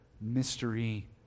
mystery